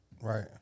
Right